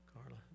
Carla